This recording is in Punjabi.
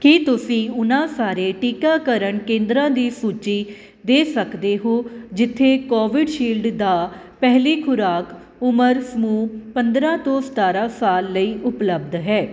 ਕੀ ਤੁਸੀਂ ਉਹਨਾਂ ਸਾਰੇ ਟੀਕਾਕਰਨ ਕੇਂਦਰਾਂ ਦੀ ਸੂਚੀ ਦੇ ਸਕਦੇ ਹੋ ਜਿੱਥੇ ਕੋਵਿਡਸ਼ਿਲਡ ਦਾ ਪਹਿਲੀ ਖੁਰਾਕ ਉਮਰ ਸਮੂਹ ਪੰਦਰ੍ਹਾਂ ਤੋਂ ਸਤਾਰ੍ਹਾਂ ਸਾਲ ਲਈ ਉਪਲੱਬਧ ਹੈ